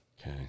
Okay